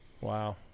Wow